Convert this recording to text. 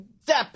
step